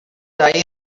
ahí